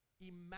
Imagine